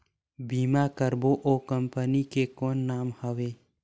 बीमा करबो ओ कंपनी के कौन नाम हवे?